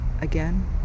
again